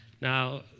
Now